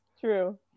true